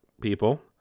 people